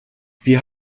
wir